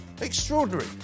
extraordinary